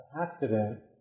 accident